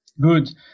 Good